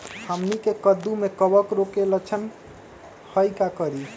हमनी के कददु में कवक रोग के लक्षण हई का करी?